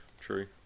true